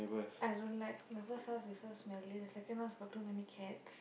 I don't like the first house is so smelly the second one's got to many cats